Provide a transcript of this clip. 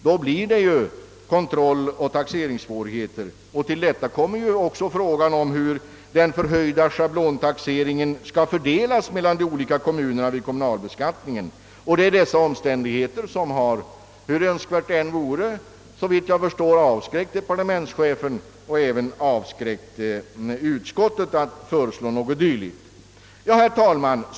Då blir det kontrolloch taxeringssvårigheter. Till detta kommer frågan om hur den förhöjda schablontaxeringen skall fördelas mellan de olika kommunerna vid kommunalbeskattningen. Det är dessa omständigheter som såvitt jag förstår har avskräckt departementschefen och även utskottet från att föreslå något dylikt, hur önskvärt det än vore. Herr talman!